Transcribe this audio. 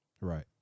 Right